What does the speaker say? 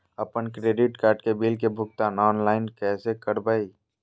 अपन credit card के bill के भुगतान ऑनलाइन कैसे करबैय?